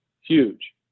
Huge